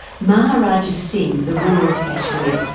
maharajah singh, the ruler of kashmir,